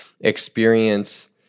experience